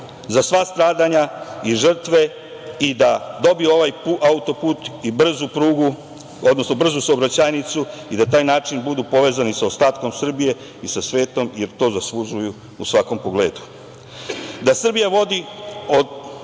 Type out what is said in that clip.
za sva stradanja i žrtve i da dobiju ovaj autoput i brzu prugu, odnosno brzu saobraćajnicu i da na taj način budu povezani sa ostatkom Srbije i sa svetom, jer to zaslužuju u svakom pogledu. Da Srbija vodi